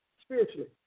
spiritually